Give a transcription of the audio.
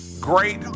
Great